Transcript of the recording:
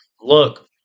look